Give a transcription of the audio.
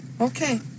Okay